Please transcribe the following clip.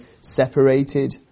separated